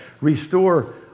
Restore